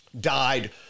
died